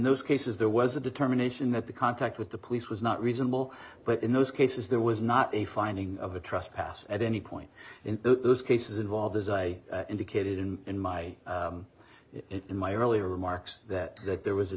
those cases there was a determination that the contact with the police was not reasonable but in those cases there was not a finding of a trust past at any point in those cases involved as i indicated in in my in my earlier remarks that that there was a